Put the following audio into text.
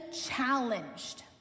challenged